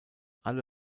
alle